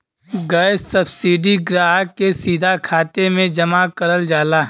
gas subsidy ग्राहक के सीधा खाते में जमा करल जाला